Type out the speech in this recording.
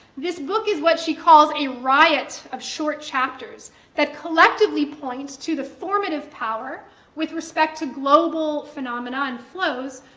this book is what she calls a riot of short chapters that collectively point to the formative power with respect to global phenomena and flows,